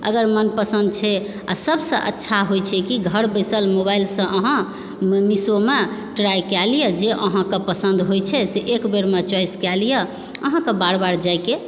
अगर मनपसन्द छै आओर सबसँ अच्छा होइ छै कि घर बैसल मोबाइलसँ अहाँ मिशोमे ट्राई कए लिअ जे अहाँके पसन्द होइ छै से एक बेरमे चॉइस कर लियऽ अहाँकेँ बार बार जाइके